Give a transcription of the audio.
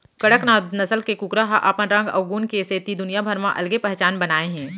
कड़कनाथ नसल के कुकरा ह अपन रंग अउ गुन के सेती दुनिया भर म अलगे पहचान बनाए हे